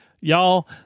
y'all